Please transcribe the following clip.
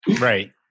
Right